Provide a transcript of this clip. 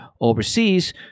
overseas